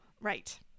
Right